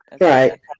Right